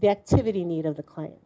the activity need of the client